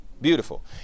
Beautiful